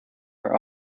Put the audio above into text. are